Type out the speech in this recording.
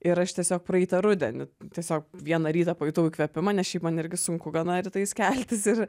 ir aš tiesiog praeitą rudenį tiesiog vieną rytą pajutau įkvėpimą nes šiaip man irgi sunku gana rytais keltis ir